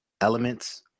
elements